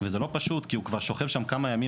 וזה לא פשוט כי הוא כבר שוכב שם כמה ימים,